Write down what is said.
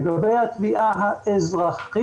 לגבי התביעה האזרחית,